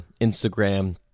Instagram